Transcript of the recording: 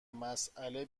مسئله